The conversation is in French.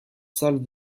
salves